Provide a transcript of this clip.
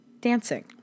dancing